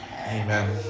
Amen